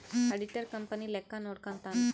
auditor company ಲೆಕ್ಕ ನೋಡ್ಕಂತಾನ್